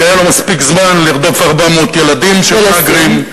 כי היה לו מספיק זמן לרדוף 400 ילדים של מהגרים.